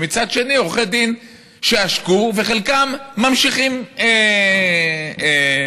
ומצד שני עורכי דין שעשקו וחלקם ממשיכים לעשוק.